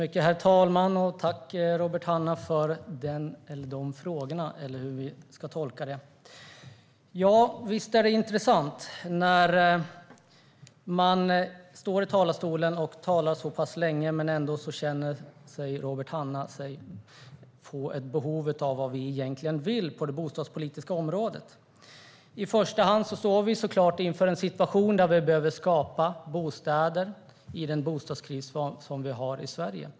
Herr talman! Jag tackar Robert Hannah för dessa frågor eller hur jag ska tolka det. Det är intressant att Robert Hannah, trots att jag har stått så pass länge i talarstolen och talat, har ett behov av att få veta vad vi egentligen vill på det bostadspolitiska området. I första hand står vi såklart inför en situation där vi behöver skapa bostäder i den bostadskris som vi har i Sverige.